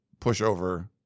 pushover